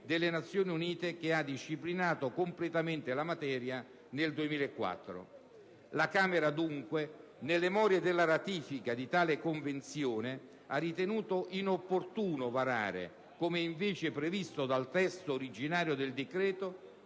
delle Nazioni Unite che ha disciplinato completamente la materia nel 2004. La Camera dunque, nelle more delle ratifica di tale Convenzione, ha ritenuto inopportuno varare, come invece previsto dal testo originario del decreto,